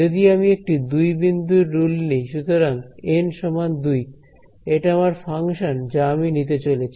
যদি আমি একটি 2 বিন্দুর রুল নিই সুতরাং এন সমান 2 এটা আমার ফাংশন যা আমি নিতে চলেছি